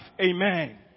amen